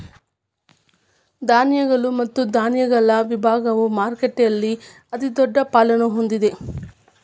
ಧಾನ್ಯಗಳು ಮತ್ತು ಧಾನ್ಯಗಳ ವಿಭಾಗವು ಮಾರುಕಟ್ಟೆಯಲ್ಲಿ ಅತಿದೊಡ್ಡ ಪಾಲನ್ನು ಹೊಂದಿದೆ